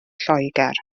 lloegr